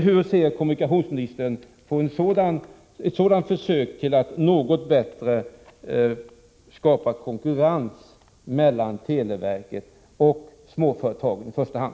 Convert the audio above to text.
Hur ser kommunikationsministern på ett sådant försök att skapa något bättre konkurrensförhållanden mellan i första hand televerket och småföretagen?